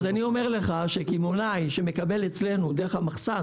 אז אני אומר לך שקמעונאי שמקבל אצלנו דרך המחסן